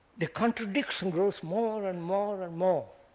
the contradiction grows more and more and more.